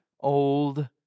old